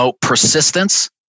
persistence